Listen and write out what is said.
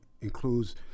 includes